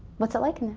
what's it like and